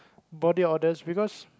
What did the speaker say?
body odours because